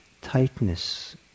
tightness